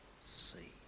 see